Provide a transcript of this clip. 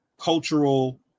cultural